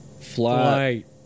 flight